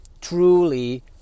truly